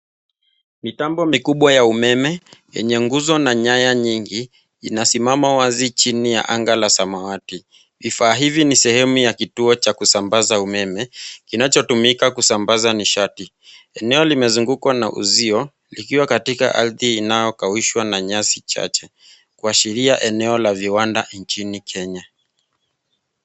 Mitambo mikubwa ya umeme yenye nguzo na nyaya nyingi inasimama wazi chini ya anga la samawati, vifaa hivi ni sehemu ya kituo cha kusambaza umeme kinachotumika kusambaza nishati, eneo limezungukwa na uzio likiwa katika ardhi inayokaushwa na nyasi chache kuashiria eneo la viwanda nchini Kenya.